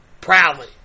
proudly